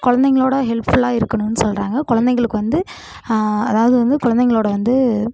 குழந்தைங்களோட ஹெல்ப்ஃபுல்லாக இருக்கணுன்னு சொல்கிறாங்க குழந்தைங்களுக்கு வந்து அதாவது வந்து குழந்தைங்களோட வந்து